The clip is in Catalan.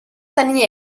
tenir